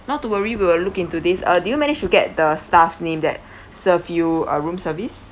not to worry we will look into this uh do you manage to get the staff's name that serve you uh room service